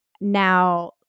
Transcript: now